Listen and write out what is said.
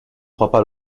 frappa